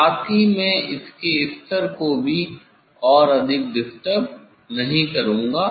साथ ही मैं इसके स्तर को भी और अधिक डिस्टर्ब नहीं करूंगा